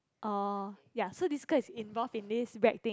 oh ya so this girl is involve in this weird thing